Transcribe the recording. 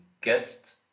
guest